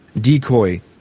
decoy